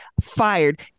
fired